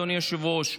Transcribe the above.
אדוני היושב-ראש,